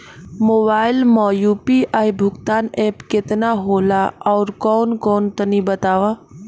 Mobile म UPI भुगतान app केतना होला आउरकौन कौन तनि बतावा?